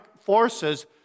forces